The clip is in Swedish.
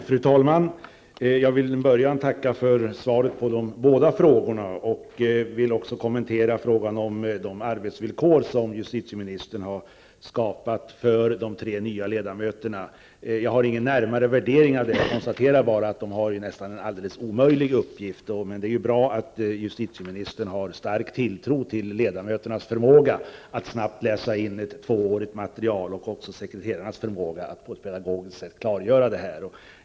Fru talman! Jag tackar för svaret på de båda frågorna. Jag vill något kommentera om de arbetsvillkor som justitieministern har skapat för de tre nya ledamöterna. Jag har inte gjort någon närmare utvärdering men kan ändå konstatera att de nästan har en alldeles omöjlig uppgift. Men det är bra att justitieministern har en stark tilltro till ledamöternas förmåga att snabbt läsa in ett material som utarbetats under två år och också till sekreterarnas förmåga att på ett pedagogiskt sätt klargöra detta.